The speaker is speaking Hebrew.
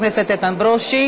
תודה רבה לחבר הכנסת איתן ברושי.